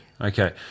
Okay